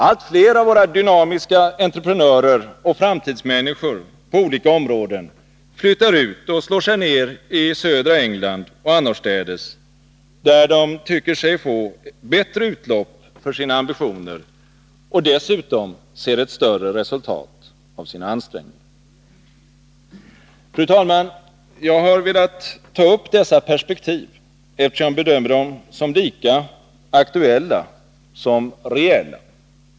Allt fler av våra dynamiska entreprenörer och framtidsmänniskor på olika områden flyttar ut och slår sig ner i södra England och annorstädes, där de tycker sig få bättre utlopp för sina ambitioner och dessutom ser ett större resultat av sina ansträngningar. Fru talman! Jag har velat ta upp dessa perspektiv, eftersom jag bedömer dem som lika aktuella som reella.